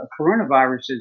coronaviruses